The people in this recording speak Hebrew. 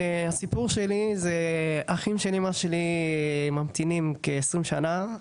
הסיפור שלי זה אחים של אמא שלי ממתינים כעשרים שנה.